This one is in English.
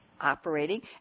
operating